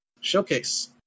showcase